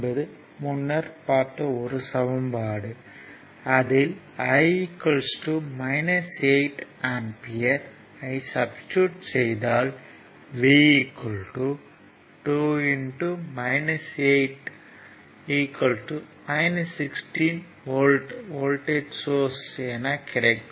V 2 I என்பது முன்னர் பார்த்த ஒரு சமன்பாடு அதில் I 8 ஆம்பியர் ஐ சப்ஸ்டிட்யூட் செய்தால் V 2 8 16 V வோல்ட்டேஜ் என கிடைக்கும்